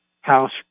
house